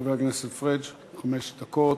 חבר הכנסת פריג', חמש דקות.